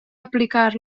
aplicar